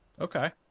Okay